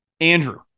Andrew